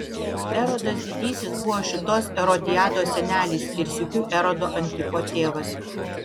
erodas didysis buvo šitos erodiados senelis ir sykiu erodo antipo tėvas